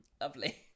lovely